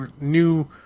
new